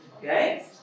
Okay